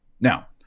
Now